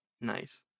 Nice